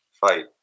fight